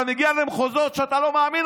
אתה מגיע למחוזות שאתה לא מאמין,